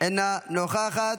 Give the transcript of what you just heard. אינה נוכחת,